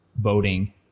voting